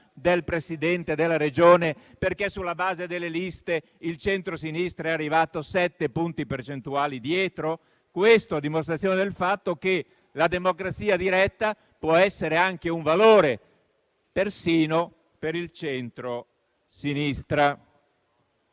del Presidente della Regione, perché sulla base delle liste, il centrosinistra è arrivato sette punti percentuali dietro? Questo a dimostrazione del fatto che la democrazia diretta può essere anche un valore, persino per il centrosinistra.